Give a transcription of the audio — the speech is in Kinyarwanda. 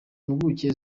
mpuguke